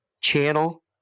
channel